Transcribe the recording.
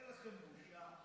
אין לכם בושה?